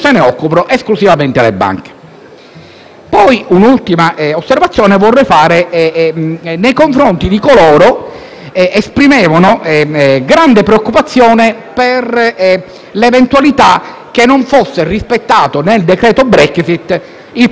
Un'ultima osservazione vorrei poi farla nei confronti di coloro che esprimevano grande preoccupazione per l'eventualità che non fosse rispettato, nel decreto Brexit, il principio di reciprocità.